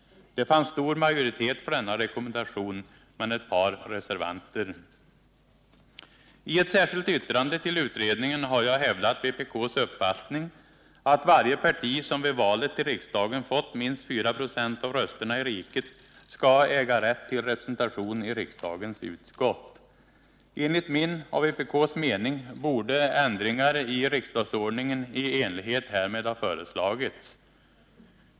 Det fanns stor majoritet för denna rekommendation, men ett par reservanter. I ett särskilt yttrande till utredningen har jag hävdat vpk:s uppfattning att varje parti som vid valet till riksdagen fått minst 4 96 av rösterna i riket skall äga rätt till representation i riksdagens utskott. Enligt vpk:s mening borde ändringar i riksdagsordningen i enlighet härmed ha föreslagits.